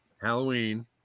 Halloween